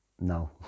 No